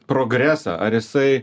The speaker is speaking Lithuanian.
progresą ar jisai